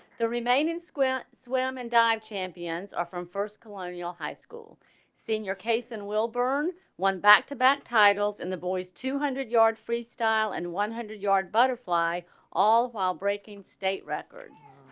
the remaining square swim and dive champions are from first colonial high school senior case and will burn won back to back titles in the boy's. two hundred yard. freestyle and one hundred yard. butterfly all while breaking state records